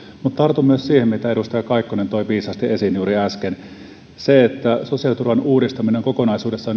mutta tartun myös siihen mitä edustaja kaikkonen toi viisaasti esiin juuri äsken että sosiaaliturvan uudistaminen on kokonaisuudessaan